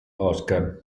oscar